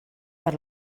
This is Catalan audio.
per